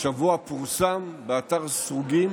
השבוע פורסם באתר סרוגים